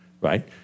right